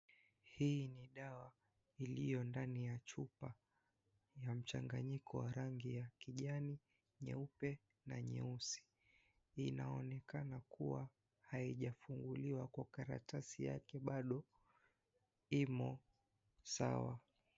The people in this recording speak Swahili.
Hii ni dawa iliyo ndani ya chupa ya mchanganyiko wa rangi ya kijani, nyeupe, na nyeusi. Inaonekana kuwa haijafunguliwa kwa karatasi yake bado, imo sawa.